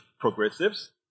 progressives